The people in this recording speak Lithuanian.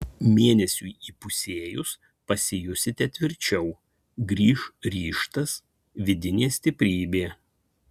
mėnesiui įpusėjus pasijusite tvirčiau grįš ryžtas vidinė stiprybė